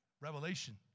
Revelation